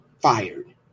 fired